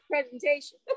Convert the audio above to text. presentation